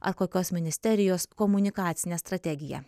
ar kokios ministerijos komunikacinę strategiją